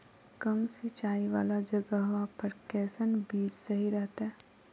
कम सिंचाई वाला जगहवा पर कैसन बीज सही रहते?